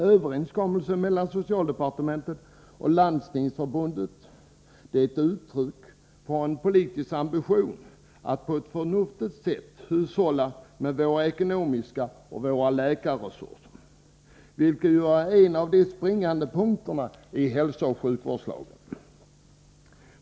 Överenskommelsen mellan socialdepartementet och Landstingsförbundet är ett uttryck för en politisk ambition att på ett förnuftigt sätt hushålla med våra ekonomiska resurser och våra läkarresurser, vilket ju är en av de springande punkterna i hälsooch sjukvårdslagen.